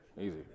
Easy